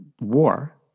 war